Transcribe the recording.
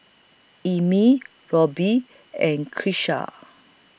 Emmie Roby and Keesha